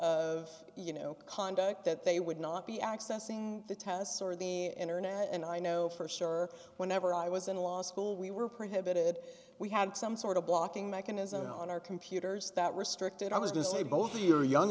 of you know conduct that they would not be accessing the tests or the enter net and i know for sure whenever i was in law school we were prohibited we had some sort of blocking mechanism on our computers that restricted i was dismayed both you're young